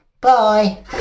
Bye